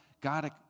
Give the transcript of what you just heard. God